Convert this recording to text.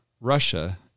Russia